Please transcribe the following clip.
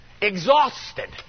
Exhausted